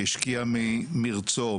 שהשקיע מרצונו,